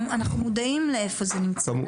אנחנו מודעים לאיפה זה נמצא.